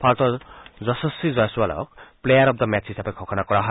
ভাৰতৰ যশস্বী জয়ছোৱালক প্লেয়াৰ অব দ্য মেচ হিচাপে ঘোষণা কৰা হয়